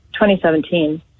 2017